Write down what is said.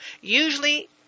Usually